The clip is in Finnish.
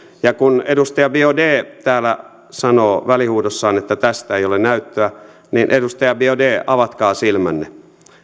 ja kun edustaja biaudet täällä sanoo välihuudossaan että tästä ei ole näyttöä niin edustaja biaudet avatkaa silmänne